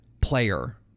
player